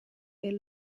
est